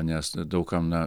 nes daug kam na